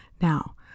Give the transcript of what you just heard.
Now